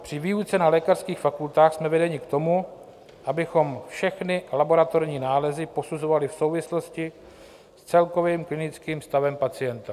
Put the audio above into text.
Při výuce na lékařských fakultách jsme vedeni k tomu, abychom všechny laboratorní nálezy posuzovali v souvislosti s celkovým klinickým stavem pacienta.